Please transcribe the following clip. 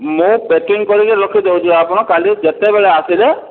ମୁଁ ପ୍ୟାକିଙ୍ଗ କରିକି ରଖିଦେଉଛି ଆପଣ କାଲି ଯେତେବେଳେ ଆସିଲେ